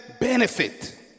benefit